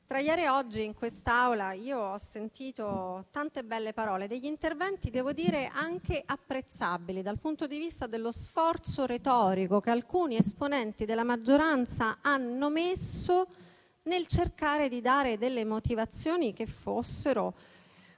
Tra ieri e oggi in quest'Aula ho ascoltato tante belle parole, degli interventi - devo dire - anche apprezzabili dal punto di vista dello sforzo retorico che alcuni esponenti della maggioranza hanno sostenuto nel cercare di dare delle motivazioni che fossero